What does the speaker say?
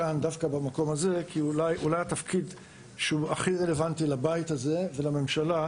דווקא במקום הזה כי זה התפקיד שהוא הכי רלוונטי לבית הזה ולממשלה.